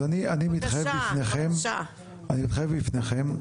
אז אני מתחייב בפניכם,